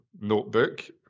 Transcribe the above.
notebook